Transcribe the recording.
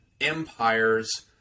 empires